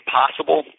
possible